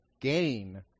gain